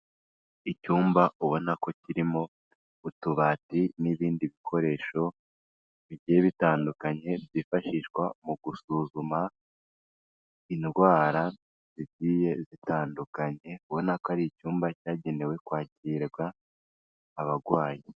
Icyumba ubona ko kirimo utubati n'ibindi bikoresho bigiye bitandukanye byifashishwa mu gusuzuma indwara zigiye zitandukanye, ubona ko ari icyumba cyagenewe kwakirwa abarwayi.